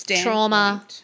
trauma